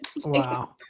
wow